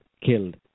Killed